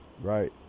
right